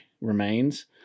remains